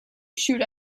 shoot